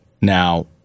Now